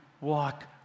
walk